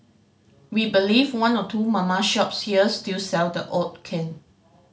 we believe one or two mama shops here still sell the odd can